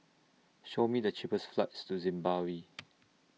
Show Me The cheapest flights to Zimbabwe